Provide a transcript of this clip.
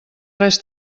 res